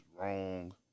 wrong